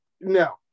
no